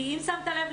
אם שמת לב,